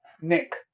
Nick